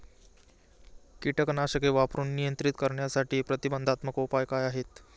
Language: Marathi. कीटकनाशके वापरून नियंत्रित करण्यासाठी प्रतिबंधात्मक उपाय काय आहेत?